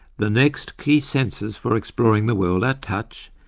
the next key senses for exploring the world are touch,